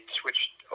switched